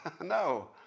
no